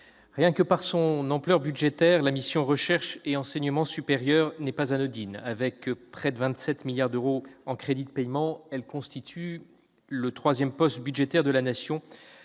raison de son ampleur budgétaire, la mission « Recherche et enseignement supérieur » n'est pas anodine : avec 26,7 milliards d'euros de crédits de paiement, elle constitue le troisième poste budgétaire de la Nation